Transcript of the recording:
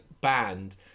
band